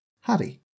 Harry